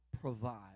provide